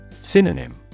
Synonym